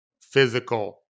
physical